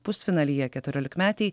pusfinalyje keturiolikmetei